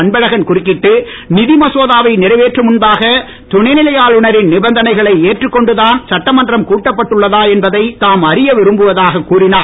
அன்பழகன் குறுக்கிட்டு நிதி மசோதாவை நிறைவேற்றும் முன்பாக துணைநிலை ஆளுநரின் நிபந்தனைகளை ஏற்றுக் கொண்டுதான் சட்டமன்றம் கூட்டப்பட்டுள்ள தா என்பதை தாம் அறியவிரும்புவதாக கூறினார்